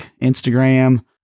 Instagram